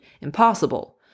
impossible